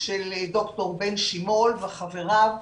של ד"ר בן שימול וחבריו,